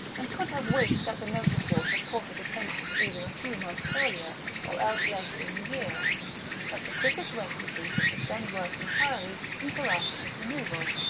and could have wished that the notice-board had caught his attention either a few months earlier or else later in the year but the quickest way would be to suspend work entirely until after his removal.